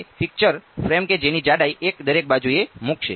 તે picture frame કે જેની જાડાઈ 1 દરેક બાજુએ મુકશે